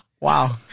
Wow